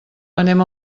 anem